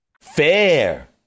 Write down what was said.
Fair